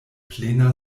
plena